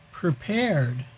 Prepared